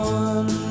one